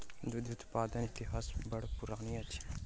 दूध उत्पादनक इतिहास बड़ पुरान अछि